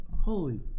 Holy